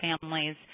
families